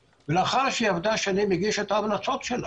לאחר שהיא עבדה שנים היא הגישה את ההמלצות שלה.